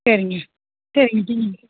சரிங்க சரிங்க சரிங்க